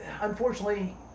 unfortunately